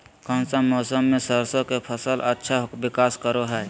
कौन मौसम मैं सरसों के फसल अच्छा विकास करो हय?